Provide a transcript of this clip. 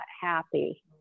happy